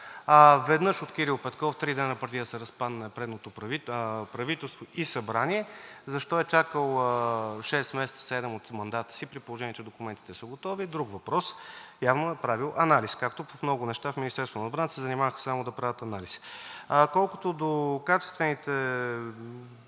Веднъж от Кирил Петков, три дни преди да се разпадне предното правителство и Събрание. Защо е чакал шест-седем месеца от мандата си, при положение че документите са готови, е друг въпрос. Явно е правил анализ, както в много неща в Министерството на отбраната се занимаваха само да правят анализи. Колкото до качествата